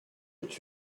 what